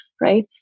right